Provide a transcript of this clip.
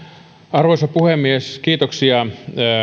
arvoisa puhemies kiitoksia